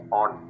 on